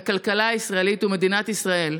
הכלכלה הישראלית ומדינת ישראל.